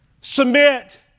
Submit